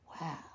Wow